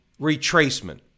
retracement